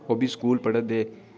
ओह् बी स्कूल पढ़ै दे